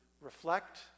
reflect